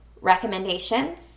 recommendations